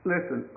Listen